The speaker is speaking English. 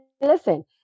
listen